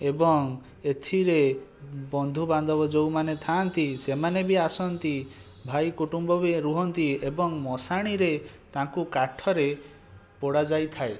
ଏବଂ ଏଥିରେ ବନ୍ଧୁବାନ୍ଧବ ଯେଉଁମାନେ ଥାଆନ୍ତି ସେମାନେ ବି ଆସନ୍ତି ଭାଇ କୁଟୁମ୍ବ ବି ରୁହନ୍ତି ଏବଂ ମସାଣିରେ ତାଙ୍କୁ କାଠରେ ପୋଡ଼ାଯାଇଥାଏ